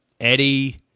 Eddie